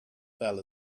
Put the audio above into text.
fell